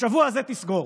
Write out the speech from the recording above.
בשבוע הזה תסגור.